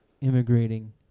immigrating